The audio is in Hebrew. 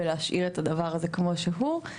ולהשאיר את הדבר הזה כמו שהוא.